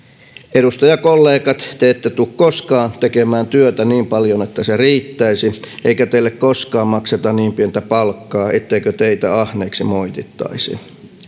edustajakollegat että te ette tule koskaan tekemään työtä niin paljon että se riittäisi eikä teille koskaan makseta niin pientä palkkaa etteikö teitä ahneeksi moitittaisi